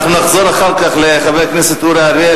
אנחנו נחזור אחר כך לחבר הכנסת אורי אריאל,